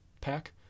pack